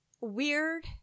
weird